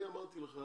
אני אמרתי לך